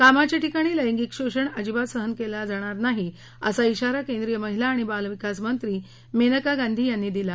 कामाच्या ठिकाणी लेंगिक शोषण अजिबात सहन केलं जाणार नाही असा इशारा केंद्रीय महिला आणि बालविकासमंत्री मेनका गांधी यांनी दिला